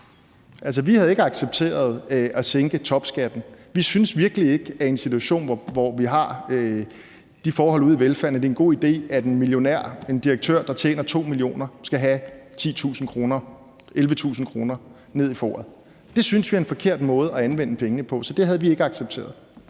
Vi havde ikke accepteret at sænke topskatten, for vi synes virkelig ikke, at det i en situation, hvor vi har de forhold ude i velfærden, vi har, er en god idé, at en millionær, en direktør, der tjener 2 mio. kr., skal have 11.000 kr. ned i foret. Det synes vi er en forkert måde at anvende pengene på, så det havde vi ikke accepteret.